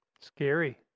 Scary